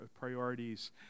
priorities